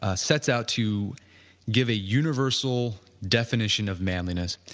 ah sets out to give a universal definition of manliness,